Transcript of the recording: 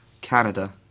Canada